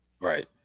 right